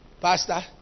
pastor